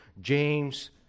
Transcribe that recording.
James